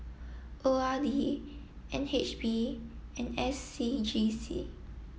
O R D N H B and S C G C